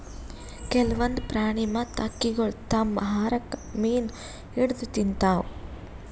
ಕೆಲ್ವನ್ದ್ ಪ್ರಾಣಿ ಮತ್ತ್ ಹಕ್ಕಿಗೊಳ್ ತಮ್ಮ್ ಆಹಾರಕ್ಕ್ ಮೀನ್ ಹಿಡದ್ದ್ ತಿಂತಾವ್